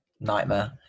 nightmare